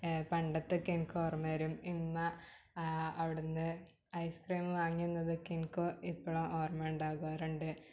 പണ്ടത്തെ ഒക്കെ എനിക്ക് ഓർമ്മ വരും ഉമ്മ അവിടെ നിന്ന് ഐസ്ക്രീം വാങ്ങുന്നതൊക്കെ എനിക്ക് ഇപ്പോഴാണ് ഓർമ്മയുണ്ടാവാറുണ്ട്